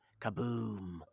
kaboom